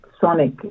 sonic